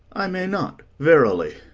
i may not, verily.